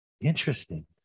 Interesting